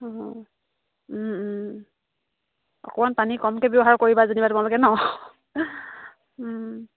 অঁ অকণমান পানী কমকৈ ব্যৱহাৰ কৰিবা যেনিবা তোমালোকে নহ্